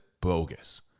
bogus